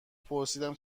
پرسیدم